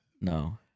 no